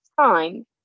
time